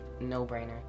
no-brainer